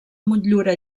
motllura